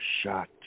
shot